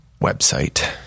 website